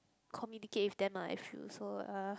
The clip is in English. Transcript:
communicate with them ah if you also uh